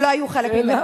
שהם לא היו חלק ממנו.